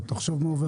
תחשוב מה עובר עלי.